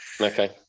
Okay